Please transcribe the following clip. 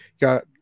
got